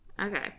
Okay